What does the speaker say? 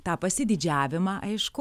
tą pasididžiavimą aišku